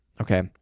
Okay